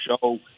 show